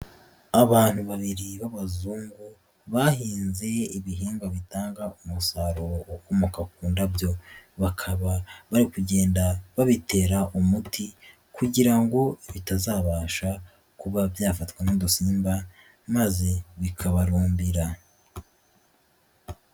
Abantu babiri b'abazungu bahinze ibihingwa bitanga umusaruro ukomoka ku ndabyo, bakaba bari kugenda babitera umuti kugira ngo bitazabasha kuba byafatwa n'udusimba maze bikabarumbira.